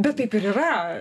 bet taip ir yra